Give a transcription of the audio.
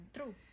True